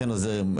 חן עוזרי,